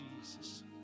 Jesus